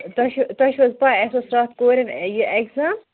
تۄہہِ چھو تۄہہِ چھو حظ پَے اَسہِ اوس راتھ کورٮ۪ن یہِ اٮ۪کزام